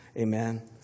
Amen